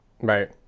Right